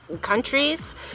countries